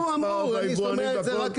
ישבו פה לשכת המסחר והיבואנים ואמרו